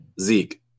Zeke